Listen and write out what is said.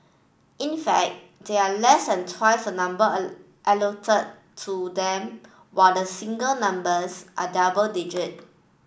in fact they are less than twice a number a allotted to them while the single numbers are double digit